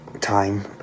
time